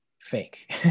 fake